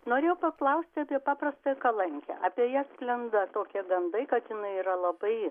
norėjau paklausti apie paprastą kalankę apie ją sklinda tokie gandai kad jinai yra labai